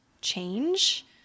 change